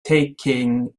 taking